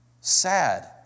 Sad